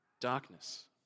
darkness